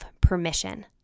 permission